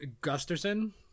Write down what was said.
Gusterson